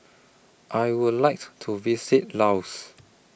I Would like to visit Laos